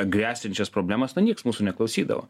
gresiančias problemas na nieks mūsų neklausydavo